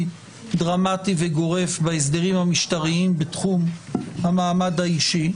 דרמטי וגורף בהסדרים המשטריים בתחום המעמד האישי,